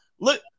look